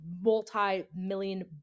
multi-million